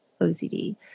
OCD